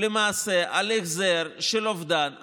למעשה על החזר של אובדן הכנסות.